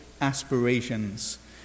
aspirations